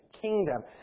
kingdom